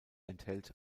enthält